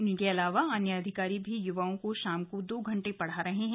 उनके अलावा अन्य अधिकारी भी युवाओं को शाम को दो घंटे पढ़ा रहे हैं